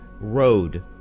road